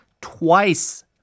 twice